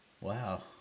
Wow